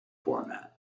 format